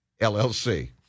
LLC